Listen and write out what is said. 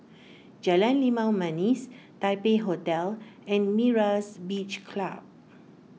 Jalan Limau Manis Taipei Hotel and Myra's Beach Club